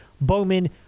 bowman